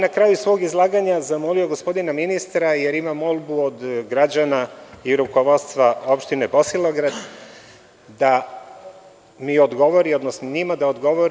Na kraju svog izlaganja bih zamolio gospodina ministra, jer imam molbu od građana i rukovodstva opštine Bosilegrad, da mi odgovori, odnosno njima da odgovori.